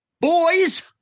Boys